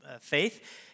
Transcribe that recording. faith